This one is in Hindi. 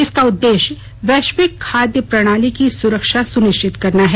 इसका उद्देश्य वैश्विक खाद्य प्रणाली की सुरक्षा सुनिश्चित करना है